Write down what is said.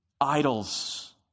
idols